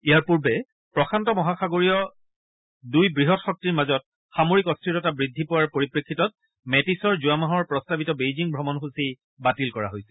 ইয়াৰ পূৰ্বে প্ৰশান্ত মহাসাগৰীয় দুই বৃহৎ শক্তিৰ মাজত সামৰিক অস্থিৰতা বৃদ্ধি পোৱাৰ পৰিপ্ৰেক্ষিতত মেটিছৰ যোৱা মাহৰ প্ৰস্তাৱিত বেইজিং অমণসূচী বাতিল কৰা হৈছিল